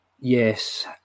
Yes